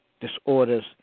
Disorders